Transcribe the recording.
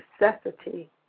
necessity